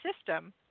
system